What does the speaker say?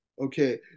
okay